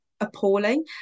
appalling